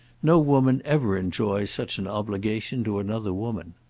no woman ever enjoys such an obligation to another woman.